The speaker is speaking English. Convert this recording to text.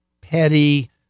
petty